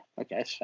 Okay